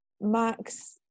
Max